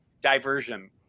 diversion